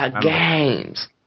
Games